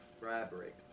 fabric